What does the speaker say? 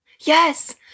yes